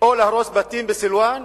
או להרוס בתים בסילואן?